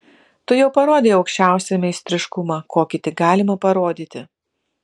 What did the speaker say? tu jau parodei aukščiausią meistriškumą kokį tik galima parodyti